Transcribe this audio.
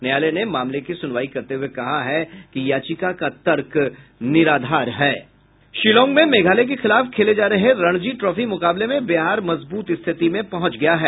न्यायालय ने मामले की सुनवाई करते हुये कहा है कि याचिका का तर्क निराधार है शिलांग में मेघालय के खिलाफ खेले जा रहे रणजी ट्रॉफी मुकाबले में बिहार मजब्रत स्थिति में पहुंच गया है